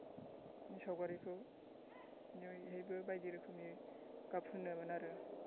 सावगारिखौ नै इहायबो बायदि रोखोमनि गाब फुनोमोन आरो